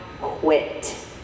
quit